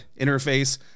interface